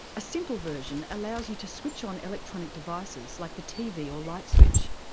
a simple version allows you to switch on electronic devices like the tv or light switch.